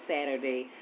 Saturday